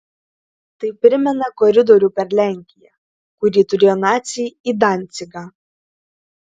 tai primena koridorių per lenkiją kurį turėjo naciai į dancigą